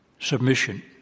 Submission